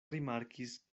rimarkis